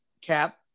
Cap